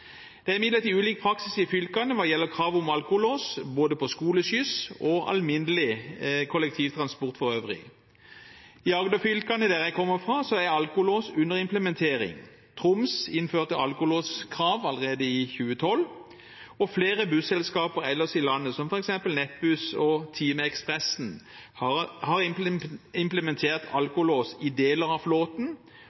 Det er imidlertid ulik praksis i fylkene hva gjelder krav om alkolås i tilknytning til både skoleskyss og alminnelig kollektivtransport for øvrig. I Agder-fylkene, som jeg kommer fra, er alkolås under implementering. Troms innførte alkolåskrav allerede i 2012. Flere busselskaper ellers i landet, som f.eks. Nettbuss og TIMEkspressen, har implementert alkolås i deler av flåten